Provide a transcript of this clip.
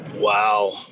Wow